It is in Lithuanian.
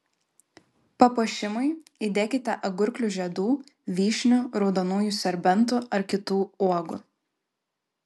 papuošimui įdėkite agurklių žiedų vyšnių raudonųjų serbentų ar kitų uogų